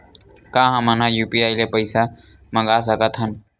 का हमन ह यू.पी.आई ले पईसा मंगा सकत हन?